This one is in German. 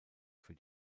für